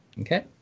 Okay